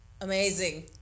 amazing